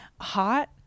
hot